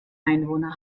einwohner